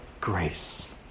grace